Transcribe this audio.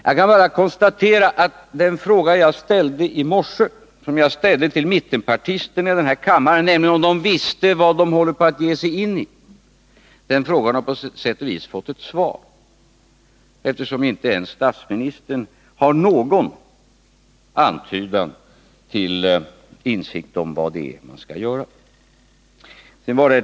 Jag kan konstatera att den fråga jag ställde i morse till mittenpartisterna i den här kammaren, nämligen om de visste vad de håller på att ge sig in på, på sätt och vis har fått ett svar, eftersom inte statsministern har någon antydan till insikt om vad det är man skall göra. Herr talman!